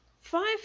Five